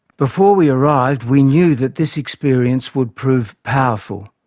before we arrived we knew that this experience would prove powerful.